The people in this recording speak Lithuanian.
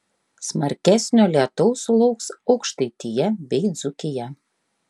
smarkesnio lietaus sulauks aukštaitija bei dzūkija